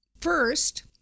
First